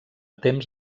temps